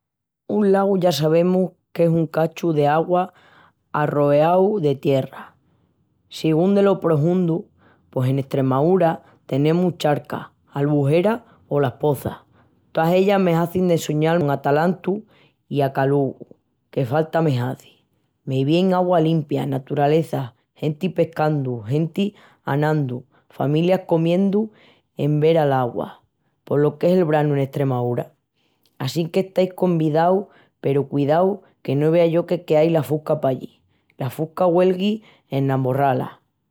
Un lagu ya sabemus que es un cachu d'augua arroeau de tierra. Sigún delo prohundu pos en estremeñu tenemus charcas, albuheras o las pozas. Toas ellas me hazin de soñal-mi con atalantu i acalugu, que falta me hazi. Me vien augua limpia, naturaleza, genti pescandu, genti anandu, familias comiendu envera'l augua. Pos lo que es el branu en Estremaúra. Assinque estais convidaus peru cudiau que no vea yo que queais la fusca pallí. La fusca güelvi ena morrala.